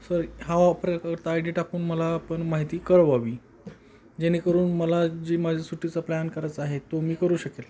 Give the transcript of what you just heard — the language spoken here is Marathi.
सर हा वापरकर्ता करता आय डी टाकून मला पण माहिती कळवावी जेणेकरून मला जी माझ्या सुट्टीचा प्लॅन करायचा आहे तो मी करू शकेल